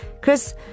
Chris